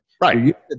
Right